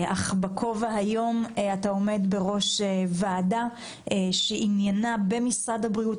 אך בכובעך היום אתה עומד בראש ועדה במשרד הבריאות,